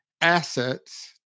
assets